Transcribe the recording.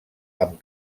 amb